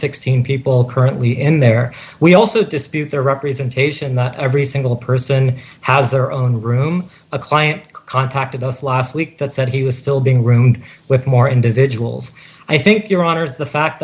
sixteen people currently in there we also dispute their representation that every single person has their own room a client contacted us last week that said he was still being groomed with more individuals i think your honor the fact